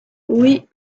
oui